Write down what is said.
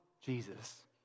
Jesus